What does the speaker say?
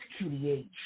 QDH